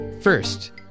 first